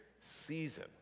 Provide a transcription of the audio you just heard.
season